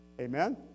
Amen